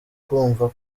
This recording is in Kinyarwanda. kumva